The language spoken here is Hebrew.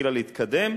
והתחילה להתקדם.